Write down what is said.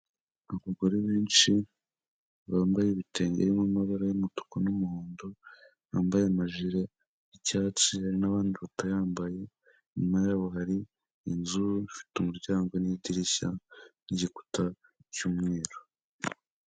Abagore benshi bambaye ibitenge amabara y'umutuku n'umuhondo bambaye amajire y'icyatsi, n'abandi batayambaye, inyuma yabo hari inzu ifite umuryango n'idirishya ry'igikuta cy'umweru.